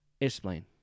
Explain